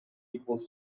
equals